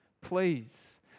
please